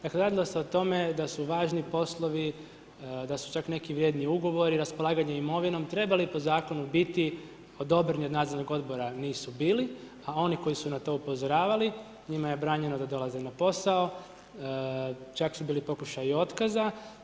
Dakle, radilo se o tome da su važni poslovi, da su čak neki vrijedni ugovori raspolaganje imovinom trebali po zakonu biti odobreni od nadzornog odbora, nisu bili, a oni koji su na to upozoravali, njima je branjeno da dolaze na posao, čak su bili pokušaji otkaza.